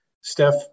Steph